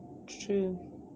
true